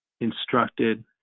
instructed